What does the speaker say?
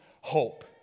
hope